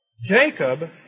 Jacob